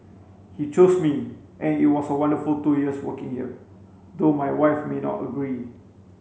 he chose me and it was a wonderful two years working here though my wife may not agree